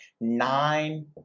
nine